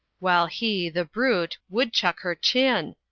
while he, the brute, woodchuck her chin,